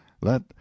Let